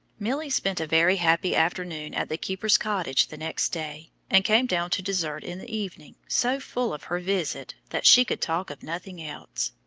milly spent a very happy afternoon at the keeper's cottage the next day, and came down to dessert in the evening so full of her visit that she could talk of nothing else.